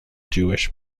jewish